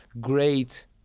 great